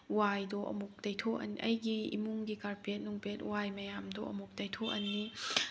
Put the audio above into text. ꯋꯥꯏꯗꯣ ꯑꯃꯨꯛ ꯇꯩꯊꯣꯛꯑꯅꯤ ꯑꯩꯒꯤ ꯏꯃꯨꯡꯒꯤ ꯀꯥꯔꯄꯦꯠ ꯅꯨꯡꯄꯦꯠ ꯋꯥꯏ ꯃꯌꯥꯝꯗꯣ ꯑꯃꯨꯛ ꯇꯩꯊꯣꯛꯑꯅꯤ